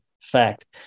fact